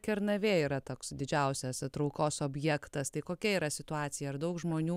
kernavė yra toks didžiausias traukos objektas tai kokia yra situacija ar daug žmonių